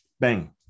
Bang